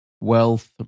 wealth